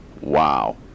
Wow